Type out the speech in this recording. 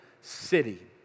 city